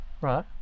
Right